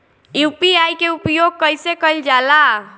UPI के उपयोग कइसे कइल जाला?